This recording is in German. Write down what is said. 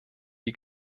die